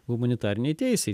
humanitarinėj teisėj